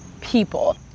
people